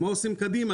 מה עושים קדימה?